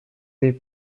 des